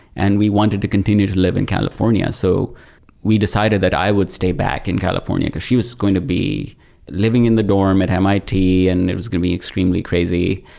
and we wanted to continue to live in california. so we decided that i would stay back in california, because she was going to be living in the dorm at mit and it was good be extremely crazy.